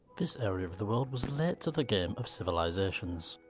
this area of the world was late to the game of civilisations.